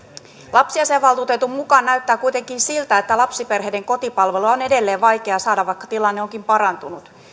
lapsiasiavaltuutetun mukaan näyttää kuitenkin siltä että lapsiperheiden kotipalvelua on edelleen vaikea saada vaikka tilanne onkin parantunut